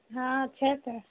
हँ छै तऽ